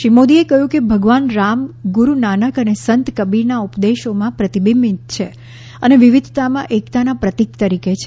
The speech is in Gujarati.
શ્રી મોદીએ કહ્યું કે ભગવાન રામ ગુરુ નાનક અને સંત કબીરના ઉપદેશોમાં પ્રતિબિંબિત છે અને વિવિધતામાં એકતાના પ્રતીક તરીકે છે